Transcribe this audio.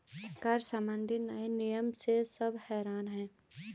कर संबंधी नए नियम से सब हैरान हैं